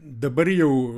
dabar jau